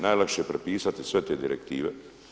Najlakše je prepisati sve te direktive.